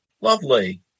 Lovely